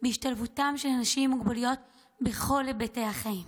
להשתלבותם של אנשים עם מוגבלויות בכל היבטי החיים.